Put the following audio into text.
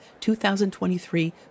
2023